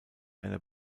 einer